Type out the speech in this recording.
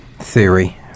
theory